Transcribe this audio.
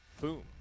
Boom